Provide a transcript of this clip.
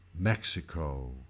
Mexico